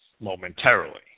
Momentarily